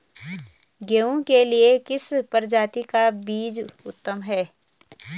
गेहूँ के लिए किस प्रजाति का बीज उत्तम रहेगा?